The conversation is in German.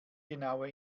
genaue